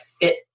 fit